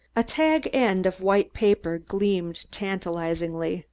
a tag end of white paper gleamed tantalizingly.